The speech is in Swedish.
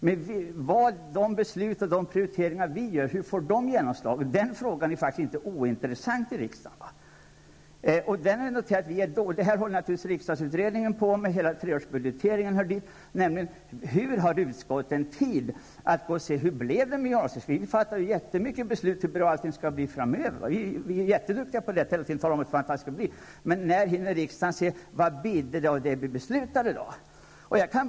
Hur får våra beslut och prioriteringar genomslag? Den frågan är faktiskt inte ointressant i riksdagen. Det här är sådant som riksdagsutredningen håller på med, och här kommer också treårsbudgeteringen in. Frågan är: Hur mycket tid har utskotten för att kontrollera hur det blivit? Hur blev det t.ex. med gymnasieskolan? Vi fattar mängder av beslut om hur det skall bli framöver -- det är vi jätteduktiga på -- men när hinner riksdagen kontrollera hur det blev med det som vi beslutade?